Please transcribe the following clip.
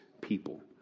people